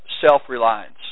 self-reliance